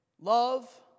love